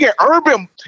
Urban